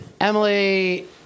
Emily